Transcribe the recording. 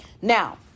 now